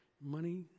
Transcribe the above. Money